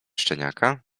szczeniaka